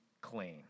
clean